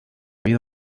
vida